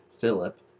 Philip